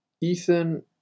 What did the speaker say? Ethan